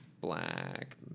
Black